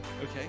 Okay